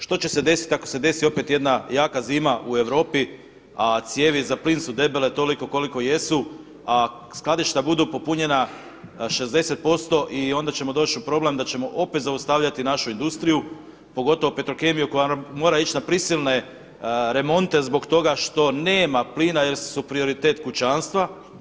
Što će se desiti ako se desi opet jedna jaka zima u Europi, a cijevi za plin su debele toliko koliko jesu, a skladišta budu popunjena 60% i onda ćemo doći u problem da ćemo opet zaustavljati našu industriju, pogotovo Petrokemiju koja mora ići na prisilne remonte zbog toga što nema plina jer su prioritet kućanstva.